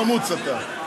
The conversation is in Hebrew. חמוץ חמוץ, אתה.